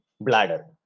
bladder